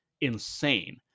insane